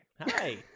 Hi